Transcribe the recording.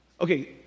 okay